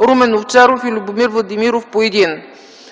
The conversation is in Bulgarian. Румен Овчаров и Любомир Владимиров – по един